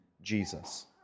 Jesus